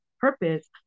purpose